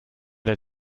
der